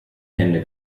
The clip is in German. hände